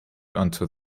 onto